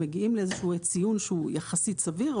מגיעים לאיזשהו ציון שהוא יחסית סביר,